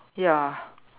ya